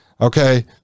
okay